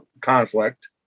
conflict